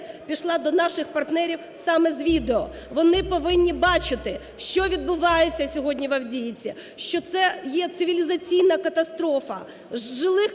пішла до наших партнерів саме з відео. Вони повинні бачити, що відбувається сьогодні в Авдіївці, що це є цивілізаційна катастрофа. З жилих